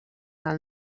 del